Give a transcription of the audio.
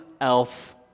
else